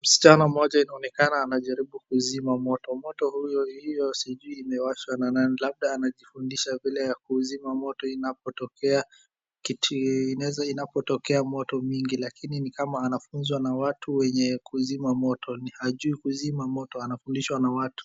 Msichana mmoja inaonekana anajaribu kuzima moto. Moto hiyo sijui imewashwa na nani. Labda anajifundisha vile ya kuzima moto inapotokea. Kitu inapotokea moto mingi. Lakini ni kama anafunzwa na watu wenye kuzima moto. Hajui kuzima moto anafundishwa na watu.